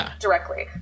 directly